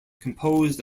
composed